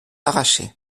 arrachés